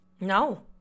No